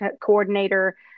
coordinator